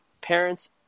parents